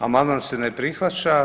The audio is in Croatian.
Amandman se ne prihvaća.